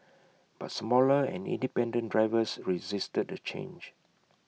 but smaller and independent drivers resisted the change